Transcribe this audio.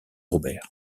robert